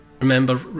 Remember